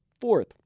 fourth